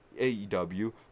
aew